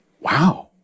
Wow